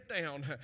down